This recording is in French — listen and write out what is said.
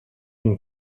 une